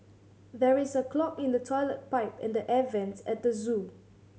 there is a clog in the toilet pipe and the air vents at the zoo